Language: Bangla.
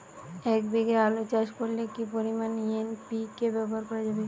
এক বিঘে আলু চাষ করলে কি পরিমাণ এন.পি.কে ব্যবহার করা যাবে?